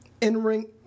in-ring